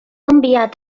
enviat